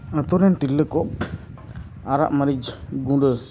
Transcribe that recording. ᱱᱮᱛᱟᱨ ᱨᱮᱱ ᱛᱤᱨᱞᱟᱹ ᱠᱚ ᱟᱨᱟᱜ ᱢᱟᱹᱨᱤᱪ ᱜᱩᱸᱰᱟᱹ